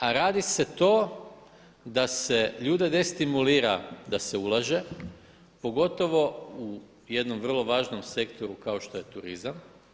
A radi se to da se ljude destimulira da se ulaže pogotovo u jednom vrlo važnom sektoru kao što je turizam.